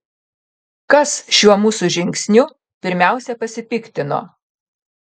kas šiuo mūsų žingsniu pirmiausia pasipiktino